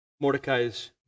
Mordecai's